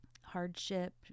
hardship